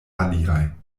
aliaj